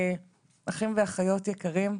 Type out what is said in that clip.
אחים ואחיות יקרים,